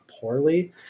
poorly